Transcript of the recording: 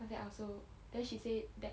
then after that I also then she said that